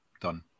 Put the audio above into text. done